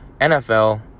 NFL